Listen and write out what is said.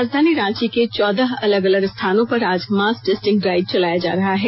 राजधानी रांची के चौदह अलग अलग स्थानों पर आज मास टेस्टिंग ड्राइव चलाया जा रहा है